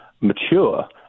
mature